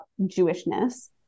Jewishness